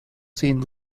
scene